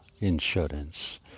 insurance